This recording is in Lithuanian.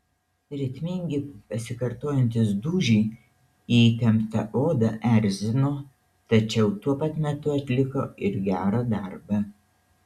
ritmingi pasikartojantys dūžiai į įtemptą odą erzino tačiau tuo pat metu atliko ir gerą darbą